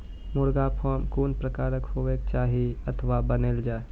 मुर्गा फार्म कून प्रकारक हेवाक चाही अथवा बनेल जाये?